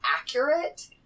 accurate